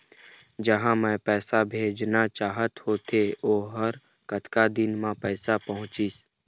जहां मैं पैसा भेजना चाहत होथे ओहर कतका दिन मा पैसा पहुंचिस?